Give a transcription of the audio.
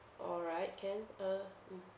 all right can uh mm